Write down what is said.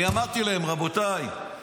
אני אמרתי להם: רבותיי,